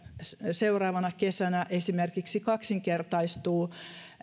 seuraavana kesänä esimerkiksi kaksinkertaistuu